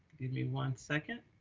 give me one second.